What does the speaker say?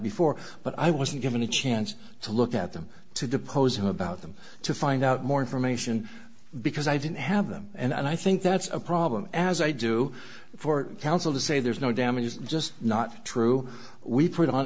before but i wasn't given a chance to look at them to depose him about them to find out more information because i didn't have them and i think that's a problem as i do for counsel to say there's no damage is just not true we put on